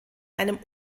einem